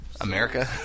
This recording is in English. America